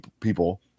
people